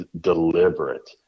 deliberate